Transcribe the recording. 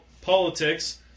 politics